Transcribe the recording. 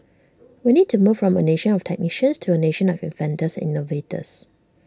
we need to move from A nation of technicians to A nation of inventors innovators